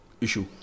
issue